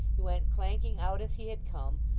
he went clanking out as he had come,